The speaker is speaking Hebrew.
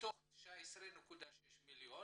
מתוך 19.6 מיליון